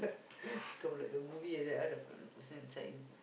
become like the movie like that ah the person inside you